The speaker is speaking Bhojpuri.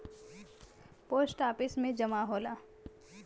पोस्ट आफिस में जमा होला